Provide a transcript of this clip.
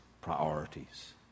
priorities